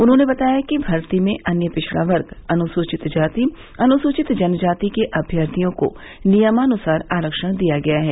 उन्होंने बताया कि भर्ती में अन्य पिछड़ा वर्ग अनुसूचित जाति अनुसूचित जनजाति के अभ्यर्थियों को नियमानुसार आरक्षण दिया गया है